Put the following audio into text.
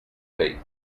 faith